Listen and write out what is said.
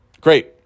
great